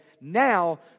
now